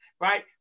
right